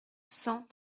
cent